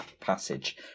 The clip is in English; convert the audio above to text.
passage